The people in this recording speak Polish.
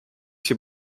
się